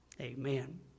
Amen